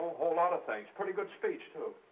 whole lot of things. pretty good speech too.